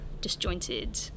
disjointed